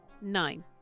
Nine